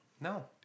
No